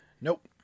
Nope